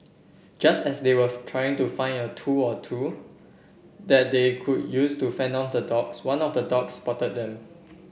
just as they were trying to find a tool or two that they could use to fend off the dogs one of the dogs spotted them